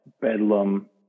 Bedlam